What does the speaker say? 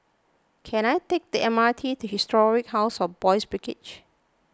can I take the M R T to Historic House of Boys' Brigade